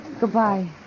Goodbye